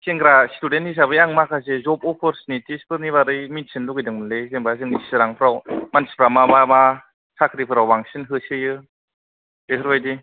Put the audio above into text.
सेंग्रा स्टुडेन्त हिसाबै आं माखासे जब अपरचुनिटिसफोरनि बारै मिथिनो लुबैदोंमोनलै जेनेबा जोंनि चिरांफ्राव मानसिफ्रा मा मा मा साख्रिफोराव बांसिन होसोयो बेफोरबायदि